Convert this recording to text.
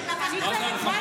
מה זה הנחתה?